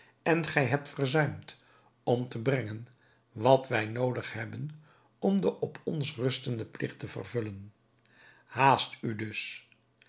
en gij hebt verzuimd om te brengen wat wij noodig hebben om den op ons rustenden pligt te vervullen haast u dus